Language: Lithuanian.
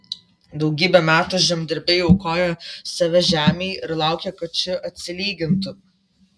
daugybę metų žemdirbiai aukoja save žemei ir laukia kad ši atsilygintų